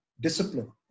discipline